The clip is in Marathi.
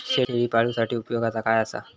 शेळीपाळूसाठी उपयोगाचा काय असा?